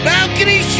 Balcony